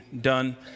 done